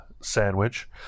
sandwich